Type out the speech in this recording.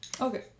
Okay